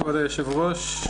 כבוד היושב-ראש,